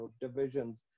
divisions